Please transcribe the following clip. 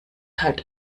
halt